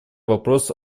вопрос